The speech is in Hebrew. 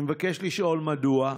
אני מבקש לשאול: 1. מדוע?